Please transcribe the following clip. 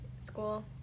school